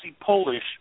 Polish